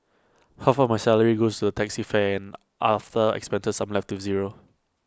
half of my salary goes to the taxi fare and after expenses I'm left to zero